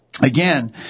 again